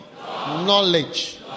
knowledge